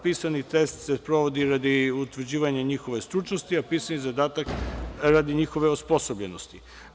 Pisani test se sprovodi radi utvrđivanja njihove stručnosti, a pisani zadatak radi njihove osposobljenosti.